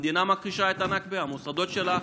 המדינה מכחישה את הנכבה, המוסדות שלה